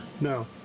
No